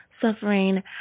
Suffering